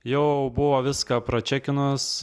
jau buvo viską pračekinus